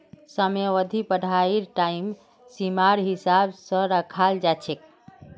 समयावधि पढ़ाईर टाइम सीमार हिसाब स रखाल जा छेक